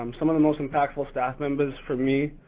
um some of the most impactful staff members for me,